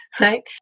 right